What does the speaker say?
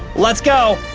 let's go!